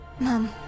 Mom